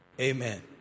amen